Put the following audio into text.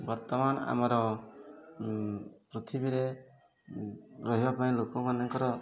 ବର୍ତ୍ତମାନ ଆମର ପୃଥିବୀରେ ରହିବା ପାଇଁ ଲୋକମାନଙ୍କର